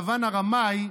לבן הרמאי,